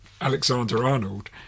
Alexander-Arnold